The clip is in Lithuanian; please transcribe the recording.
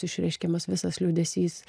išreiškiamas visas liūdesys